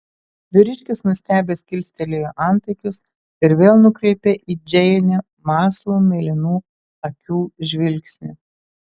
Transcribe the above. vyriškis nustebęs kilstelėjo antakius ir vėl nukreipė į džeinę mąslų mėlynų akių žvilgsnį